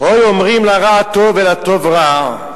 "הוי האומרים לרע טוב ולטוב רע,